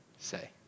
Say